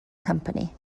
company